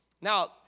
Now